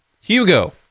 Hugo